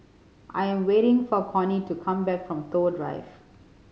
I am waiting for Connie to come back from Toh Drive